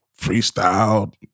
Freestyle